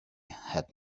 had